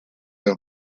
and